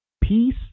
peace